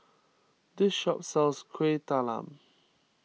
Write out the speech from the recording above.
this shop sells Kuih Talam